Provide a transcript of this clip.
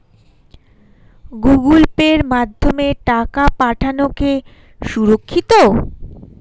Google পের মাধ্যমে টাকা পাঠানোকে সুরক্ষিত?